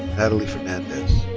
nathalie fernandez.